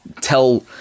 tell